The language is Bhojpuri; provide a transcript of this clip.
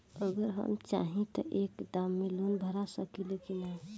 अगर हम चाहि त एक दा मे लोन भरा सकले की ना?